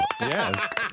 Yes